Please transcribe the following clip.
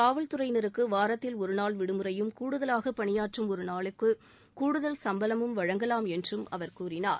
காவல்துறையினருக்கு வாரத்தில் ஒருநாள் விடுமுறையும் கூடுதலாக பணியாற்றம் ஒரு நாளுக்கு கூடுதல் சம்பளமும் வழங்கலாம் என்றும் அவர் கூறினார்